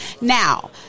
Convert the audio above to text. Now